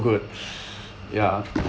good ya